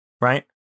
right